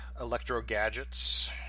electro-gadgets